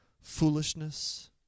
foolishness